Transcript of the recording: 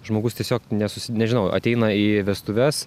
žmogus tiesiog nes nežinau ateina į vestuves